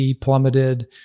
plummeted